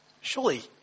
Surely